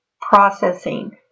processing